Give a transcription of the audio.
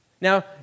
Now